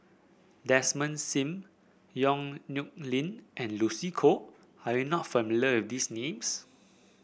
Desmond Sim Yong Nyuk Lin and Lucy Koh are you not familiar with these names